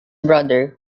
brother